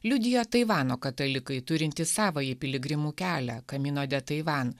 liudija taivano katalikai turintys savąjį piligrimų kelią kamino de taivan